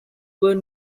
were